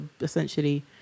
essentially